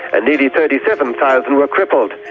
ah nearly thirty seven thousand were crippled.